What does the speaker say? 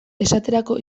esaterako